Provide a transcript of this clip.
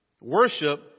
Worship